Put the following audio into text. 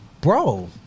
Bro